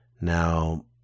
Now